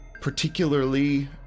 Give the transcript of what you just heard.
particularly